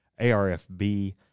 ARFB